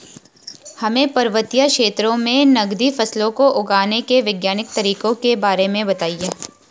हमें पर्वतीय क्षेत्रों में नगदी फसलों को उगाने के वैज्ञानिक तरीकों के बारे में बताइये?